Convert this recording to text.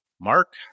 Mark